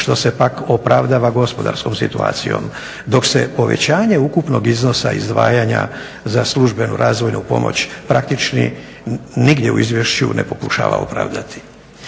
što se pak opravdava gospodarskom situacijom, dok se povećanje ukupnog iznosa izdvajanja za službenu razvojnu pomoć praktički nigdje u izvješću ne pokušava opravdati.